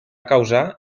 causar